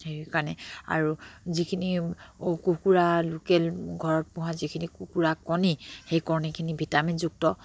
সেইকাৰণে আৰু যিখিনি কুকুৰা লোকেল ঘৰত পোহা যিখিনি কুকুৰা কণী সেই কণীখিনি ভিটামিনযুক্ত